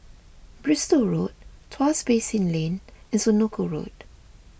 Bristol Road Tuas Basin Lane and Senoko Road